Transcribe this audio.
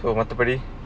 so மத்தபடி:mathapadi